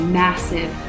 massive